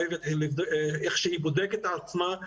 איך שהיא בודקת את עצמה,